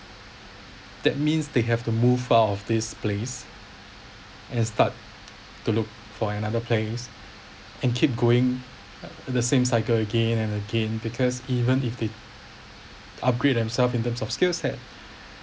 that means they have to move out of this place and start to look for another place and keep going the same cycle again and again because even if they upgrade themselves in terms of skill set